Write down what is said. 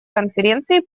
конференции